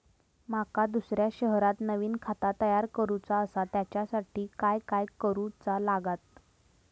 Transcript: माका दुसऱ्या शहरात नवीन खाता तयार करूचा असा त्याच्यासाठी काय काय करू चा लागात?